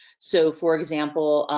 so for example,